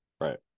right